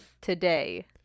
today